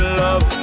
love